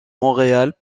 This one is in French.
montréal